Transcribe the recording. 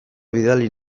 bidali